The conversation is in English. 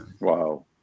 Wow